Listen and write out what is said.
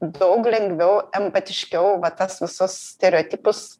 daug lengviau empatiškiau va tas visas stereotipus